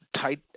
tight